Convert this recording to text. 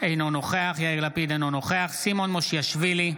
אינו נוכח יאיר לפיד, אינו נוכח סימון מושיאשוילי,